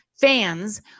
fans